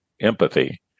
empathy